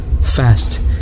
fast